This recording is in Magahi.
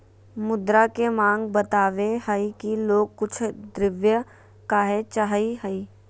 मुद्रा के माँग बतवय हइ कि लोग कुछ द्रव्य काहे चाहइ हइ